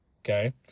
okay